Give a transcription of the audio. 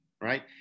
right